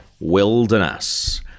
wilderness